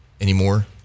anymore